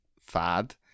fad